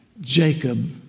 Jacob